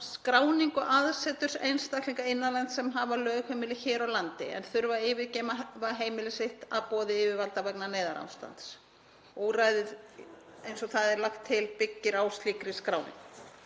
skráningu aðseturs einstaklinga innan lands sem hafa lögheimili hér á landi en þurfa að yfirgefa heimili sín að boði yfirvalda vegna neyðarástands. Úrræðið eins og það er lagt til byggir á slíkri skráningu.